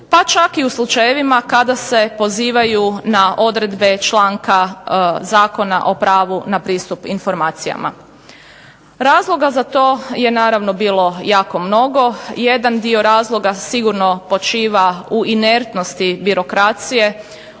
pa čak i u slučajevima kada se pozivaju na odredbe članka Zakona o pravu na pristup informacijama. Razloga za to je naravno bilo jako mnogo. Jedan dio razloga sigurno počiva u inertnosti birokracije,